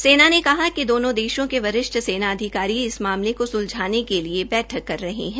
सेना ने कहा कि दोनो देशों के वरिष्ठ सेना अधिकारी इस मामले को सुलझाने के लिए बैठक कर रहे है